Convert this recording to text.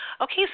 Okay